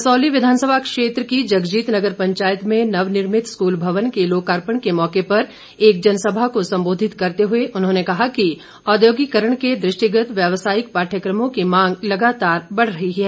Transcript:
कसौली विधानसभा क्षेत्र के जगजीत नगर पंचायत में नवनिर्मित स्कूल भवन के लोकार्पण के मौके पर एक जनसभा को सम्बोधित करते हुए उन्होंने कहा कि औद्योगिकरण के दृष्टिगत व्यावसायिक पाठ्यक्रमों की मांग लगातार बढ़ रही है